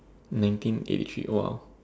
nineteen eighty three !wow!